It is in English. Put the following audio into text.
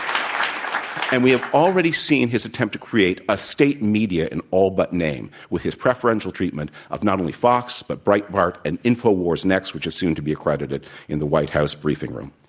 um and we have already seen his attempt to create a state media in all but name which his preferential treatment of not only fox, but breitbart and infowars next, which is soon to be accredited in the white house briefing room.